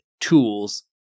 tools